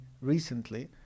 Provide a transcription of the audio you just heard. recently